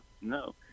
No